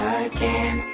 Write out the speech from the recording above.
again